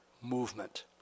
movement